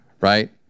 right